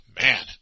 Man